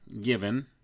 given